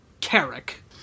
Carrick